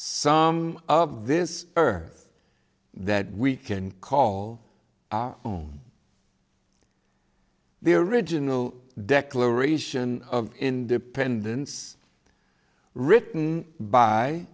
some of this earth that we can call our own the original declaration of independence written by